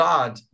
God